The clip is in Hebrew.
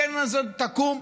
הקרן הזאת תקום.